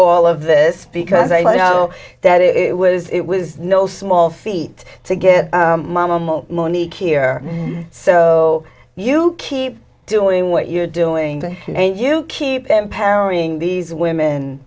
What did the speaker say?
all of this because i know that it was it was no small feat to get my monique here so you keep doing what you're doing and you keep them pairing these women